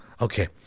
Okay